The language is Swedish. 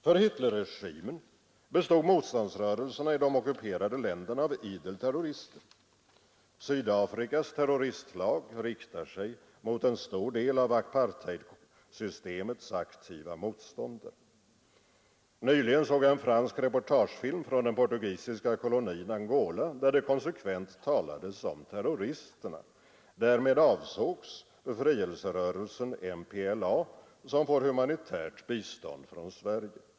För Hitlerregimen bestod motståndsrörelserna i de ockuperade länderna av idel terrorister. Sydafrikas terroristlag riktar sig mot en stor del av apartheidsystemets aktiva motståndare. Nyligen såg jag en fransk reportagefilm från den portugisiska kolonin Angola, där det konsekvent talades om terroristerna. Därmed avsågs befrielserörelsen MPLA som får humanitärt bistånd från Sverige.